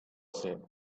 said